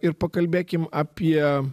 ir pakalbėkim apie